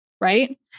Right